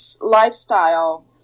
lifestyle